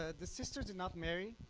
ah the sister did not marry,